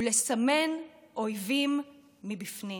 הוא לסמן אויבים מבפנים,